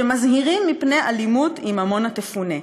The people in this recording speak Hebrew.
שמזהירים מפני אלימות אם עמונה תפונה.